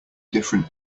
different